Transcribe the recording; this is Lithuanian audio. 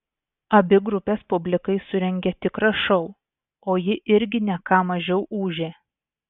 abi grupės publikai surengė tikrą šou o ji irgi ne ką mažiau ūžė